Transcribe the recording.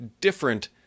different